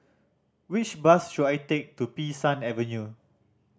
which bus should I take to Bee San Avenue